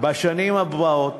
בשנים הבאות,